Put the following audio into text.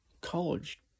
college